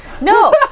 No